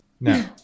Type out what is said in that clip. No